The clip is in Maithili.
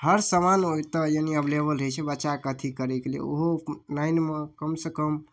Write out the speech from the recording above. हर समान ओतऽ यानि एवलेवल रहै छै बच्चाके अथी करैके लिए ओहो उपनयनमे कम से कम